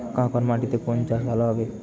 কাঁকর মাটিতে কোন চাষ ভালো হবে?